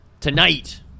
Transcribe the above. tonight